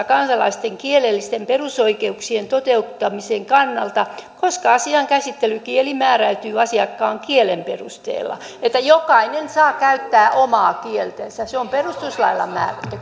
kansalaisten kielellisten perusoikeuksien toteuttamisen kannalta koska asian käsittelykieli määräytyy asiakkaan kielen perusteella jokainen saa käyttää omaa kieltänsä se on perustuslailla määrätty